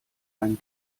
einen